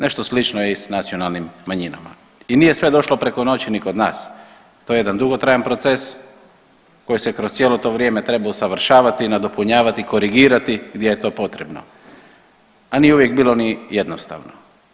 Nešto slično je i s nacionalnim manjinama i nije sve došlo preko noći ni kod nas, to je jedan dugotrajan proces koji se kroz cijelo to vrijeme treba usavršavati, nadopunjavati, korigirati gdje je to potrebno, a nije uvijek bilo ni jednostavno.